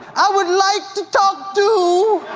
i would like to talk to